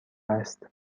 است